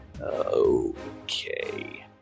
Okay